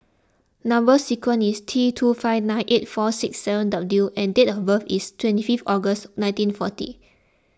Number Sequence is T two five nine eight four six seven W and date of birth is twenty fifth August nineteen forty